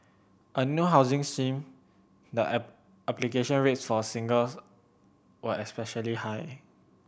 a new housing seem the application rates for singles were especially high